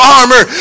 armor